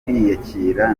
kwiyakira